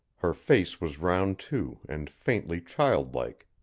her face was round, too, and faintly childlike.